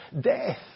death